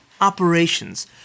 operations